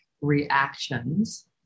reactions